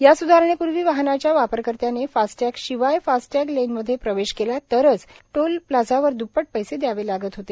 या स्धारणेपूर्वी वाहनाच्या वापरकर्त्याने फास्टॅग शिवाय फास्टॅग लेन मध्ये प्रवेश केला तरच टोल प्लाझावर द्प्पट पैसे द्यावे लागत होते